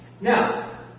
Now